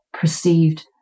perceived